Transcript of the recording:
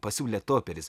pasiūlė toperis